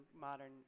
modern